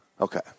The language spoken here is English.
Okay